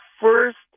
first